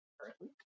currently